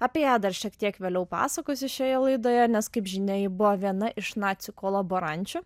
apie ją dar šiek tiek vėliau pasakosiu šioje laidoje nes kaip žinia ji buvo viena iš nacių kolaborančių